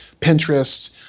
Pinterest